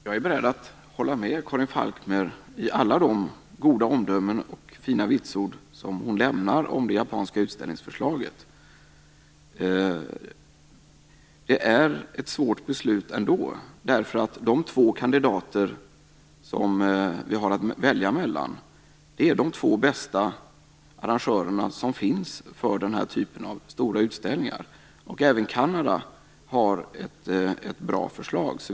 Fru talman! Jag är beredd att hålla med Karin Falkmer i alla de goda omdömen och fina vitsord hon har lämnat om det japanska utställningsförslaget. Men detta är ett svårt beslut. De två kandidater som vi har att välja mellan är de två bästa arrangörerna som finns för denna typ av stora utställningar. Även Kanada har ett bra förslag.